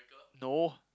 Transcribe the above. no